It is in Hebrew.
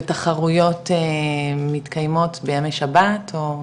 ותחרויות מתקיימות בימי שבת או?